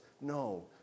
No